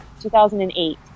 2008